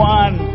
one